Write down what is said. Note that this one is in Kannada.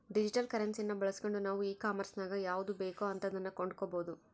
ಡಿಜಿಟಲ್ ಕರೆನ್ಸಿಯನ್ನ ಬಳಸ್ಗಂಡು ನಾವು ಈ ಕಾಂಮೆರ್ಸಿನಗ ಯಾವುದು ಬೇಕೋ ಅಂತದನ್ನ ಕೊಂಡಕಬೊದು